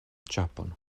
ĉapon